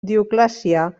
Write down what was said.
dioclecià